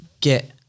get